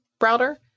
router